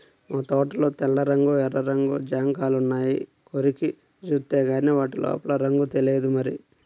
మా తోటలో తెల్ల రంగు, ఎర్ర రంగు జాంకాయలున్నాయి, కొరికి జూత్తేగానీ వాటి లోపల రంగు తెలియదు మరి